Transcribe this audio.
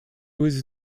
was